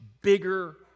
bigger